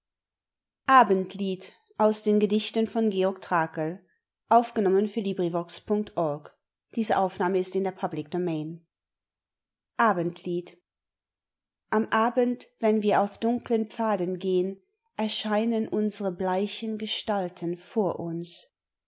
hervor abendlied am abend wenn wir auf dunklen pfaden gehn erscheinen unsere bleichen gestalten vor uns